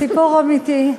סיפור אמיתי.